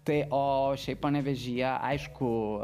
tai o šiaip panevėžyje aišku